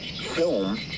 film